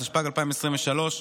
התשפ"ג 2023,